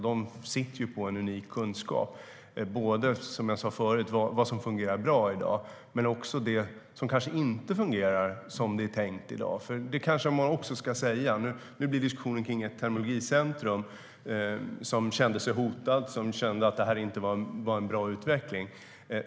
De sitter på en unik kunskap, som jag sa förut, om vad som fungerar bra i dag men också om det som kanske inte fungerar som det var tänkt. Nu blev det en diskussion om Terminologicentrum som känner sig hotat och att det inte är en bra utveckling.